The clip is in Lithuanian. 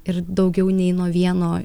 ir daugiau nei nuo vieno